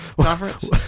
conference